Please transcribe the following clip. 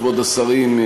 כבוד השרים,